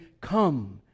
Come